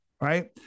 right